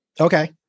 okay